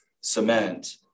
cement